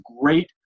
great